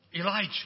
Elijah